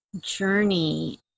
journey